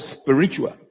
spiritual